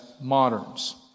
moderns